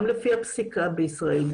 גם לפי הפסיקה בישראל,